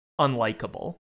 unlikable